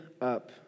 up